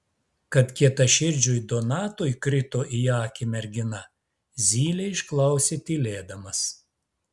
kad kietaširdžiui donatui krito į akį mergina zylė išklausė tylėdamas